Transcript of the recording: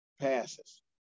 passes